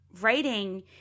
writing